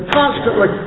constantly